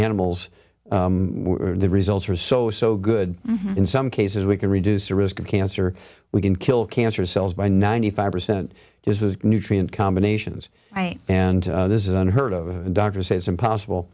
animals are the results are so so good in some cases we can reduce the risk of cancer we can kill cancer cells by ninety five percent this was nutrient combinations and this is unheard of doctors say it's impossible